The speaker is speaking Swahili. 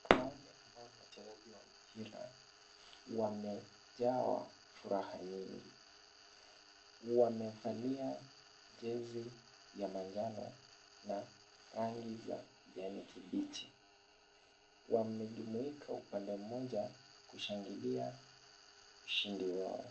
Wanaume ambao ni wachezaji wa mpira wamejawa furaha nyingi, wamevalia jezi ya manjano na rangi za kijani kibichi. Wamejumuika upande mmoja kushangilia ushindi wao.